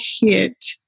hit